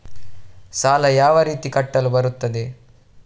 ಸಾಲ ಯಾವ ರೀತಿ ಕಟ್ಟಲು ಬರುತ್ತದೆ?